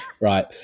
right